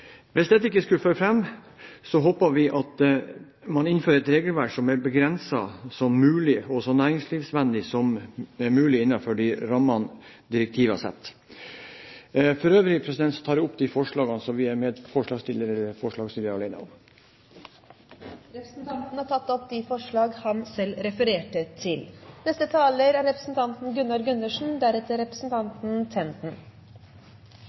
Hvis dette ikke skulle føre fram, håper vi at man innfører et regelverk som så er begrenset som mulig, og så næringsvennlig som mulig, innenfor de rammene direktivene setter. For øvrig tar jeg opp de forslag som vi er medforslagsstillere til, og dem vi er alene om. Representanten Kenneth Svendsen har tatt opp de forslag han selv refererte til. Ja, det er